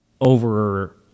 Over